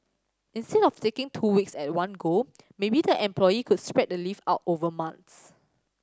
instead of taking two weeks at one go maybe the employee could spread the leave out over months